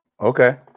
Okay